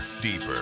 deeper